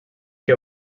que